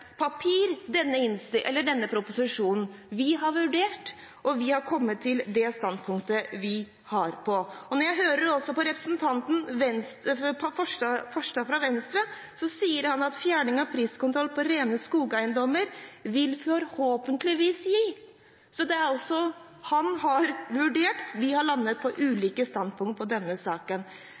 tegnepapir, denne proposisjonen. Vi har vurdert, og vi har kommet til dette standpunktet. Når jeg hører på representanten Farstad fra Venstre, så sier han at fjerning av priskontroll på rene skogeiendommer «vil forhåpentligvis bidra til dette». Så han har vurdert, og vi har landet på ulike standpunkter i denne saken.